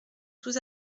sous